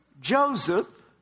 Joseph